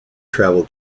travel